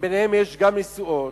שביניהן יש גם נשואות,